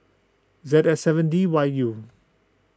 Z S seven D Y U